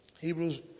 Hebrews